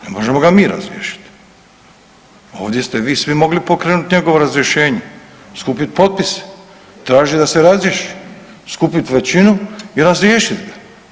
Ne možemo ga vi razriješiti, ovdje ste vi svi mogli pokrenut njegovo razrješenje, skupit potpise, tražit da se razriješi, skupit većinu i razriješit ga.